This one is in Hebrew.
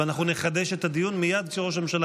ואנחנו נחדש את הדיון מייד כשראש הממשלה